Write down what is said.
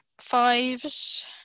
Fives